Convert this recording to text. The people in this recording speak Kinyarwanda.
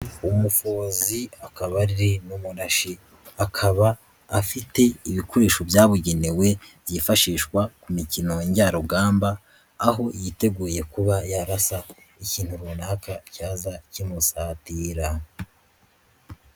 Umufozi akaba ari n'umurashi, akaba afite ibikoresho byabugenewe byifashishwa ku mikino njyarugamba aho yiteguye kuba yarasa ikintu runaka cyaza kimusatira.